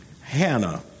Hannah